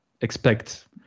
expect